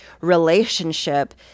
relationship